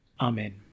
Amen